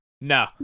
No